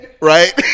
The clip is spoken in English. right